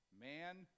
Man